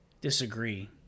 disagree